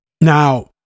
Now